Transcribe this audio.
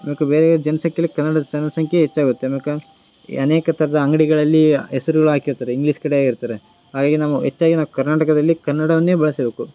ಆಮ್ಯಾಕೆ ಬೇರೆ ಜನಸಂಖ್ಯೆಲಿ ಕನ್ನಡದ ಜನಸಂಖ್ಯೆ ಹೆಚ್ಚಾಗತ್ತೆ ಆಮ್ಯಾಕೆ ಈ ಅನೇಕ ಥರದ ಅಂಗಡಿಗಳಲ್ಲಿ ಹೆಸರುಗಳ್ ಹಾಕಿರ್ತಾರೆ ಇಂಗ್ಲೀಷ್ ಕಡೆ ಆಗಿರ್ತಾರೆ ಹಾಗಾಗಿ ನಾವು ಹೆಚ್ಚಾಗಿ ನಾವು ಕರ್ನಾಟಕದಲ್ಲಿ ಕನ್ನಡವನ್ನೇ ಬಳಸಬೇಕು